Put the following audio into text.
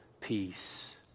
peace